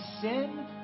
sin